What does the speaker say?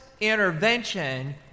intervention